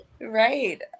Right